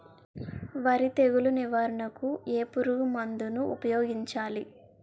వరి తెగుల నివారణకు ఏ పురుగు మందు ను ఊపాయోగించలి?